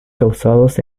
causados